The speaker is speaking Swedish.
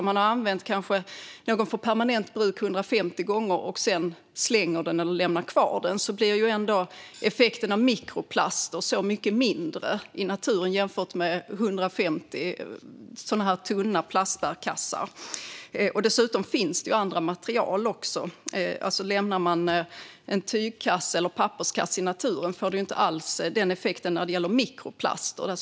Om man har använt en kasse för permanent bruk 150 gånger och sedan slänger den eller lämnar kvar den blir ändå effekten av mikroplaster i naturen mycket mindre jämfört med 150 tunna plastbärkassar. Dessutom finns det andra material. Om man lämnar en tygkasse eller papperskasse i naturen får det inte alls samma effekt när det gäller mikroplaster.